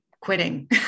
quitting